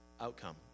outcome